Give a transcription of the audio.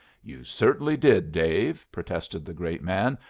you certainly did, dave, protested the great man,